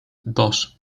dos